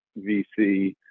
VC